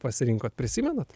pasirinkot prisimenat